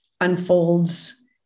unfolds